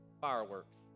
fireworks